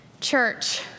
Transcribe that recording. Church